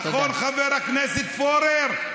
נכון, חבר הכנסת פורר?